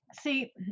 see